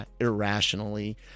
irrationally